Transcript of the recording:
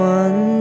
one